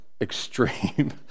extreme